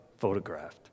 photographed